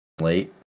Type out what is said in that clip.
late